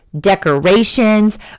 decorations